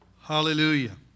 Hallelujah